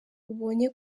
ubonye